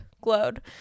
glowed